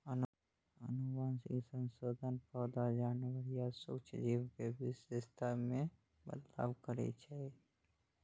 आनुवंशिक संशोधन पौधा, जानवर या सूक्ष्म जीव के विशेषता मे बदलाव करै छै